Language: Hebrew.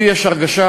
לי יש הרגשה,